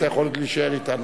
דני יתום,